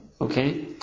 Okay